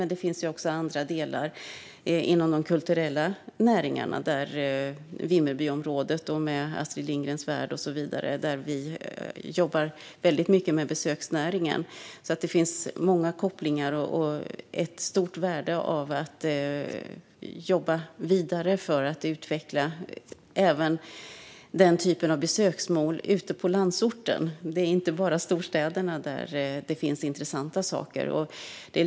Men det finns också andra delar inom de kulturella näringarna, exempelvis Astrid Lindgrens Värld i Vimmerby där vi jobbar mycket med besöksnäringen. Det finns alltså många kopplingar och ett stort värde av att jobba vidare för att utveckla även denna typ av besöksmål i landsorten. Det är inte bara i storstäderna det finns intressanta saker.